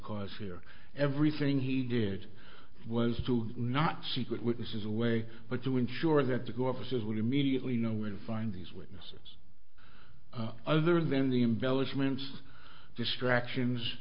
cause here everything he did was to not secret witnesses away but to ensure that the go offices would immediately know where to find these witnesses other than the embellishments distractions